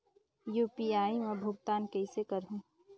UPI मा भुगतान कइसे करहूं?